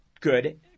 good